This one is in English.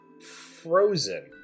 frozen